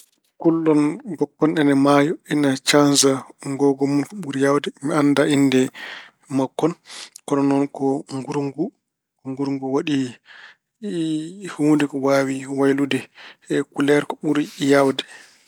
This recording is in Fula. Kullon ngokkon ina maayo, ina saanja ngoongu mun ɓuri yaawde. Mi annda innde makkon. Ko noon ko nguru ngu- nguru ngu waɗi huunde ko waawi waylude kuleer ko ɓuri yaawde.